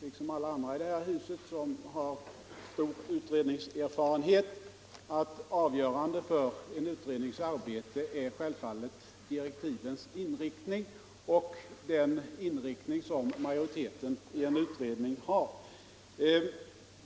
liksom alla andra i det här huset som har utredningserfarenhet, att avgörande för en utrednings arbete är direktivens inriktning och den inriktning som majoriteten i en utredning har.